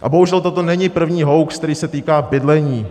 A bohužel toto není první hoax, který se týká bydlení.